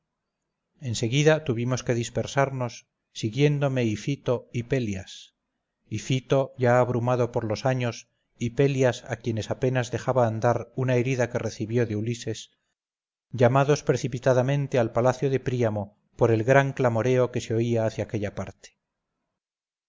seguida tuvimos que dispersarnos siguiéndome ifito y pelias ifito ya abrumado por los años y pelias a quien apenas dejaba andar una herida que recibió de ulises llamados precipitadamente al palacio de príamo por el gran clamoreo que se oía hacia aquella parte